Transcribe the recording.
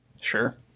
Sure